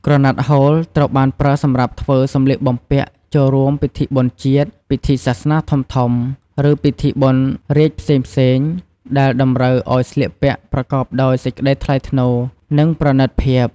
ក្រណាត់ហូល ត្រូវបានប្រើសម្រាប់ធ្វើសម្លៀកបំពាក់ចូលរួមពិធីបុណ្យជាតិ ពិធីសាសនាធំៗ ឬពិធីបុណ្យរាជ្យផ្សេងៗ ដែលតម្រូវឱ្យស្លៀកពាក់ប្រកបដោយសេចក្តីថ្លៃថ្នូរ និងប្រណីតភាព។